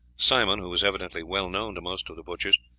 simon, who was evidently well known to most of the butchers,